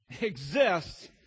exists